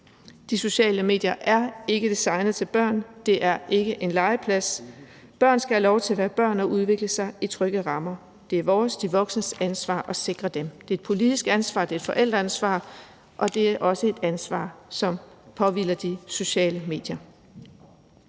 De sociale medier er ikke designet til børn; det er ikke en legeplads. Børn skal have lov til at være børn og udvikle sig i trygge rammer. Det er vores – de voksnes – ansvar at sikre dem. Det er et politisk ansvar, det er et forældreansvar, og det er også et ansvar, som påhviler de sociale medier.